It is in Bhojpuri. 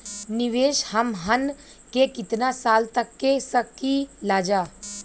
निवेश हमहन के कितना साल तक के सकीलाजा?